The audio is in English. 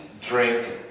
drink